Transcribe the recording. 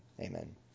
amen